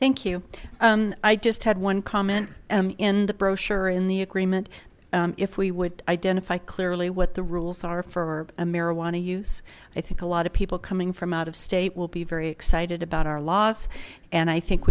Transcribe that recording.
thank you i just had one comment um in the brochure in the agreement if we would identify clearly what the rules are for a marijuana use i think a lot of people coming from out of state will be very excited about our loss and i think